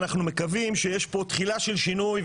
אנחנו מקווים שיש פה תחילה של שינוי.